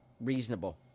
reasonable